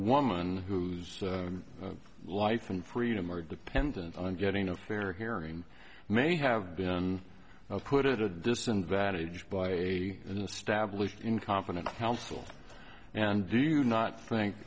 woman whose life and freedom are dependent on getting a fair hearing may have been put at a disadvantage by an established incompetent counsel and do you not think